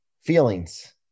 feelings